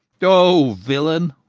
o villain,